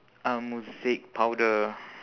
um mosaic powder